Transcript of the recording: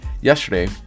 yesterday